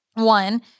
One